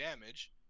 damage